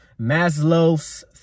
maslow's